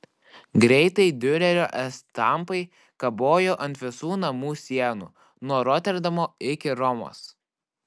greitai diurerio estampai kabojo ant visų namų sienų nuo roterdamo iki romos